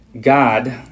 God